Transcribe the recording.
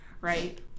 right